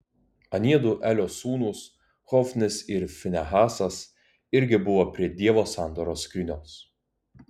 aniedu elio sūnūs hofnis ir finehasas irgi buvo prie dievo sandoros skrynios